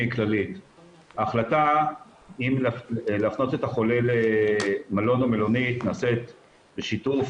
ההחלטה אם להפנות את החולה למלון או מלונית נעשית בשיתוף